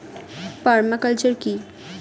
Parma culture কি?